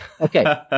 Okay